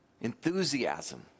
enthusiasm